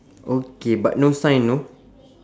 okay but no sign know